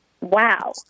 Wow